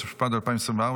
התשפ"ד 2024,